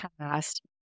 past